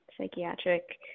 psychiatric